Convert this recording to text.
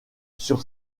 sur